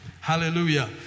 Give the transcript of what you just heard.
Hallelujah